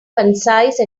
concise